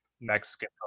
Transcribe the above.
Mexican